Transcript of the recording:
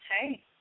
Hey